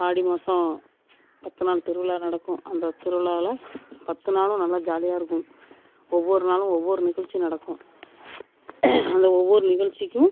ஆடி மாதம் பத்து நாள் திருவிழா நடக்கும் அந்த திருவிழாவுல பத்து நாளும் நல்லா ஜாலியாக இருக்கும் ஒவ்வொரு நாளும் ஒவ்வொரு நிகழ்ச்சி நடக்கும் அந்த ஒவ்வொரு நிகழ்ச்சிக்கும்